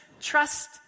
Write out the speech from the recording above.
trust